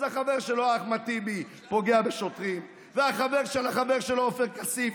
אז החבר שלו אחמד טיבי פוגע בשוטרים והחבר של החבר שלו עופר כסיף